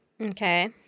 Okay